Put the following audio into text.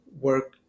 work